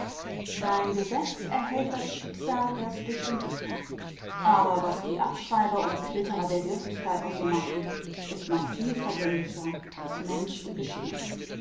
sein gesetz erhält das schicksal erst durch den dichter aber was die abschreiber und klitterer der wirklichkeit aus ihr machen ist noch viel vergänglicher als mensch und geschehen